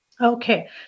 Okay